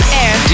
air